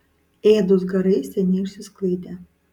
ėdūs garai seniai išsisklaidė